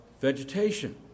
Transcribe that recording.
vegetation